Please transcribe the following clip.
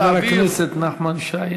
חבר הכנסת נחמן שי,